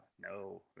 No